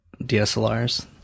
DSLRs